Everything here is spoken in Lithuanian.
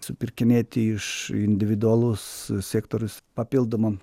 supirkinėti iš individualus sektorius papildomam